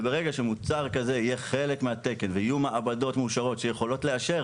ברגע שמוצר כזה יהיה חלק מהתקן ויהיו מעבדות מאושרות שיכולות לאשר